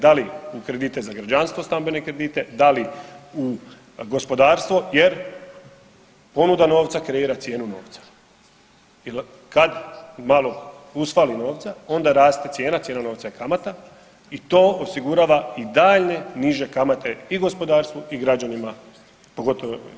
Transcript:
Da li u kredite za građanstvo, stambene kredite, da li u gospodarstvo jer ponuda novca kreira cijenu novca jer kad malo usfali novca, onda raste cijena, cijena novca je kamata i to osigurava i daljnje niže kamate i gospodarstvu i građanima, pogotovo,